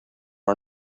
are